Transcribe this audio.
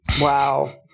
Wow